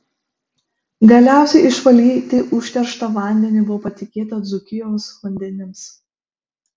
galiausiai išvalyti užterštą vandenį buvo patikėta dzūkijos vandenims